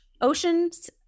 oceans